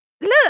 look